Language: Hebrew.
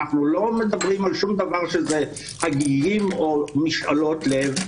אנחנו לא מדברים על שום דבר שהוא הגיגים או משאלות לב.